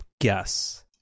guess